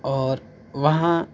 اور وہاں